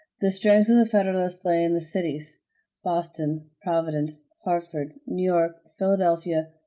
the strength of the federalists lay in the cities boston, providence, hartford, new york, philadelphia,